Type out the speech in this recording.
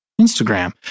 Instagram